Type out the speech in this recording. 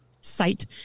site